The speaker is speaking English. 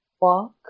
Walk